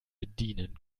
bedienen